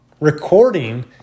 Recording